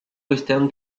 western